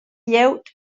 glieud